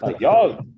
y'all